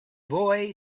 boy